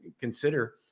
consider